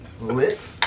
lit